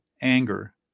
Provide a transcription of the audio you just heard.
anger